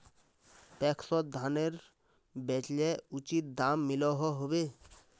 पैक्सोत धानेर बेचले उचित दाम मिलोहो होबे?